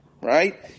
right